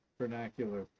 vernacular